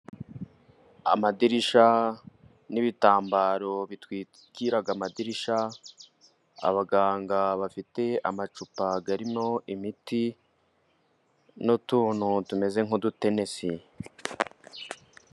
Amadirishya n'ibitambaro bitwikira amadirishya，abaganga bafite amacupa arimo imiti, n'utuntu tumeze nk'udutenesi.